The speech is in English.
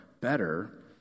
better